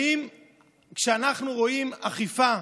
האם כשאנחנו רואים אכיפה,